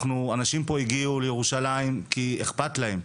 אנשים פה הגיעו לירושלים כי אכפת להם,